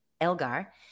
Elgar